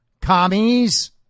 commies